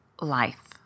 life